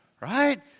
Right